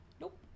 Nope